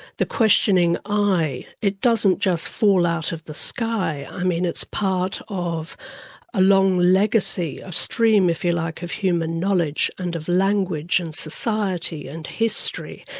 the questioning i, it doesn't just fall out of the sky, i mean it's part of a long legacy, a stream if you like, of human knowledge and of language and society and history.